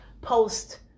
post